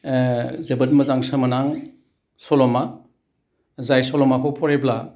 जोबोद मोजां सोमोनां सल'मा जाय सल'माखौ फरायब्ला